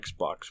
Xbox